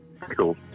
Cool